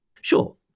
Sure